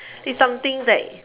it's something that